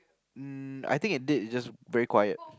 um I think it did just very quiet